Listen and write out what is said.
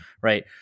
Right